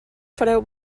fareu